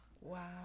wow